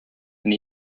and